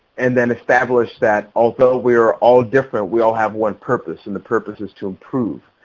and then establish that although we are all different, we all have one purpose and the purpose is to improve.